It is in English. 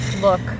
look